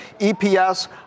EPS